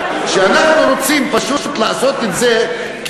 שאנחנו רוצים לעשות את זה פשוט,